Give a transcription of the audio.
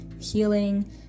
healing